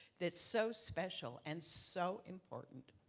that's so special and so important.